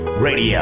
Radio